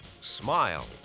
Smile